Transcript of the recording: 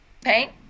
paint